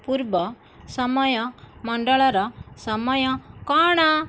ପୂର୍ବ ସମୟ ମଣ୍ଡଳର ସମୟ କ'ଣ